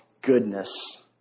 goodness